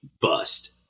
bust